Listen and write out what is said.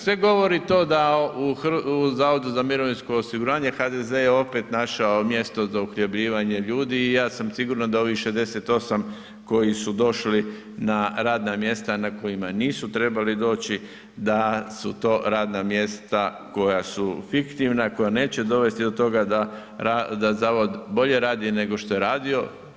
Sve govori to da u zavodu za mirovinsko osiguranje HDZ je opet našao mjesto za uhljebljivanje ljudi i ja sam siguran da ovih 68 koji su došli na radna mjesta na kojima nisu trebali doći da su to radna mjesta koja su fiktivna, koja neće dovesti do toga da zavod radi bolje nego što je radio.